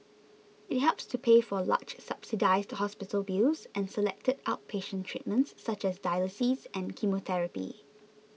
it helps to pay for large subsidised hospital bills and selected outpatient treatments such as dialysis and chemotherapy